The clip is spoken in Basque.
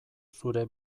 zure